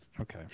Okay